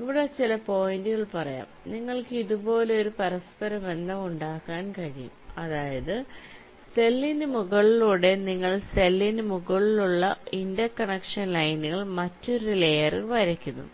ഇവിടെ ചില പോയിന്റുകൾ പറയാം നിങ്ങൾക്ക് ഇതുപോലുള്ള ഒരു പരസ്പരബന്ധം ഉണ്ടാക്കാൻ കഴിയും അതായത് സെല്ലിന് മുകളിലൂടെ നിങ്ങൾ സെല്ലിന് മുകളിലുള്ള ഇന്റർകണക്ഷൻ ലൈനുകൾ മറ്റൊരു ലെയറിൽ വരയ്ക്കുന്നു